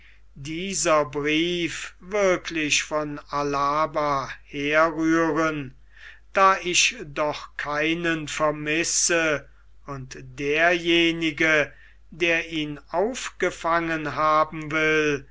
dieser brief wirklich von alava herrühren da ich doch keinen vermisse und derjenige der ihn aufgefangen haben will